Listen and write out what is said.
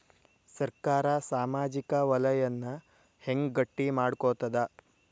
ಸರ್ಕಾರಾ ಸಾಮಾಜಿಕ ವಲಯನ್ನ ಹೆಂಗ್ ಗಟ್ಟಿ ಮಾಡ್ಕೋತದ?